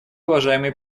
уважаемый